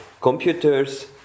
computers